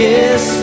Yes